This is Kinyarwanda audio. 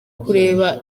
kureba